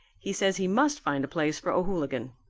he says he must find a place for o'hooligan.